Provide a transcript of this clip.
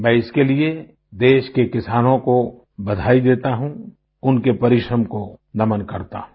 मैं इसके लिए देश के किसानों को बधाई देता हूँ उनके परिश्रम को नमन करता हूँ